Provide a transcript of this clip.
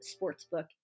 sportsbook